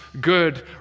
good